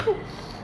because like